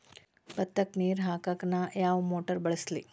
ಭತ್ತಕ್ಕ ನೇರ ಹಾಕಾಕ್ ನಾ ಯಾವ್ ಮೋಟರ್ ಬಳಸ್ಲಿ?